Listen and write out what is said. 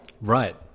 Right